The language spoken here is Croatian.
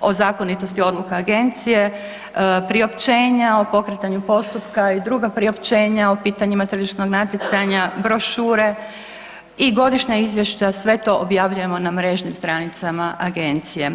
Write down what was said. o zakonitosti odluka agencije, priopćenja o pokretanju postupka i druga priopćenja o pitanjima tržišnog natjecanja, brošure i godišnja izvješća, sve to objavljujemo na mrežnim stranicama agencije.